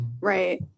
right